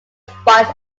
spines